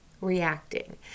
reacting